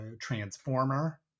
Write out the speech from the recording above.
transformer